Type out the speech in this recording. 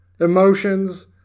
Emotions